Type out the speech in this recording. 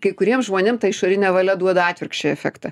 kai kuriem žmonėm ta išorinė valia duoda atvirkščią efektą